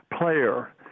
player